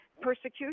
persecution